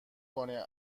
کنیم